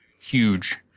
huge